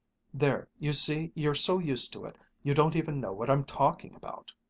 there, you see you're so used to it, you don't even know what i'm talking about!